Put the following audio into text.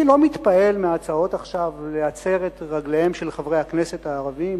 אני לא מתפעל מההצעות עכשיו להצר את רגליהם של חברי הכנסת הערבים,